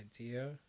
idea